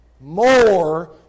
more